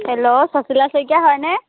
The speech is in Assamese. হেল্ল' ছুচিলা শইকীয়া হয়নে